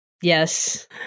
yes